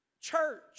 church